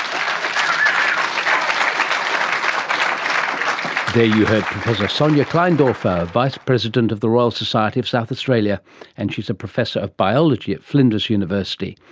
um there you heard professor sonia kleindorfer, vice president of the royal society of south australia, and she is a professor of biology at flinders university.